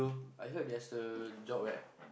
I hear there's a job web